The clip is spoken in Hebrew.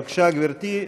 בבקשה, גברתי.